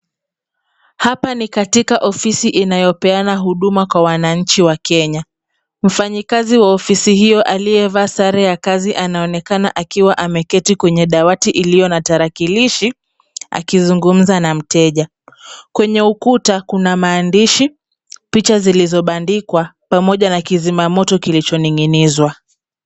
Hapa ni katika ofisi inayopeana huduma kwa wananchi wa Kenya. Mfanyikazi wa ofisi hiyo aliyevaa sare ya kazi anaonekana akiwa ameketi kwenye dawati iliyo na tarakilishi akizungumza na mteja. Kwenye ukuta kuna maandishi, picha zilizobandikwa pamoja na kizima moto kilichoning'inizwa.